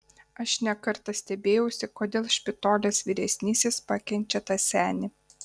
aš ne kartą stebėjausi kodėl špitolės vyresnysis pakenčia tą senį